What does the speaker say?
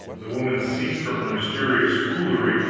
the woman ceased from her mysterious foolery,